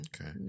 Okay